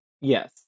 Yes